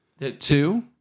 Two